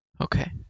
Okay